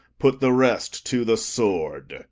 put the rest to the sword.